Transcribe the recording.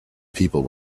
people